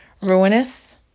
ruinous